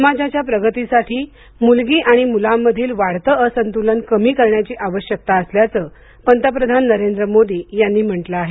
समाजाच्या प्रगतीसाठी मुलगी आणि मुलांमधील वाढते असंतुलन कमी करण्याची आवश्यकता असल्याचं पंतप्रधान नरेंद्र मोदी यांनी म्हंटलं आहे